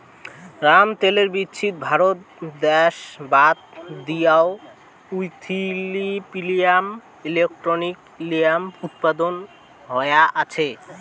রামতিলের বীচিত ভারত দ্যাশ বাদ দিয়াও ইথিওপিয়া ও এরিট্রিয়াত ইঞার উৎপাদন হয়া আছে